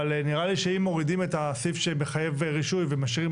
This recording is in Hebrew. אבל נראה לי שאם מורידים את הסעיף שמחייב רישוי ומשאירים